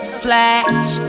flash